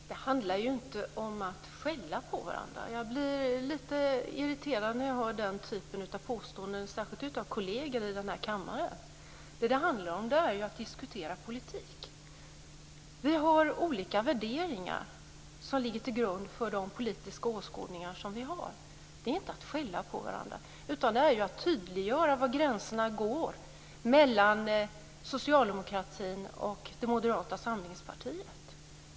Fru talman! Det handlar ju inte om att skälla på varandra. Jag blir lite irriterad när jag hör den typen påståenden, särskilt av kolleger i den här kammaren. Vad det handlar om är ju att diskutera politik. Vi har olika värderingar som ligger till grund för de politiska åskådningar vi har. Det är inte att skälla på varandra. Det är att tydliggöra var gränserna går mellan socialdemokratin och Moderata samlingspartiet.